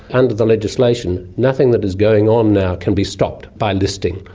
under the legislation, nothing that is going on now can be stopped by listing,